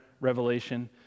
revelation